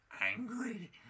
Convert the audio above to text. angry